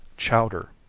chowder.